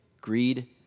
Greed